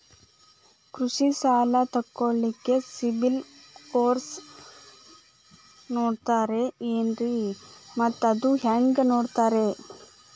ಕೃಷಿ ಸಾಲ ತಗೋಳಿಕ್ಕೆ ಸಿಬಿಲ್ ಸ್ಕೋರ್ ನೋಡ್ತಾರೆ ಏನ್ರಿ ಮತ್ತ ಅದು ಹೆಂಗೆ ನೋಡ್ತಾರೇ?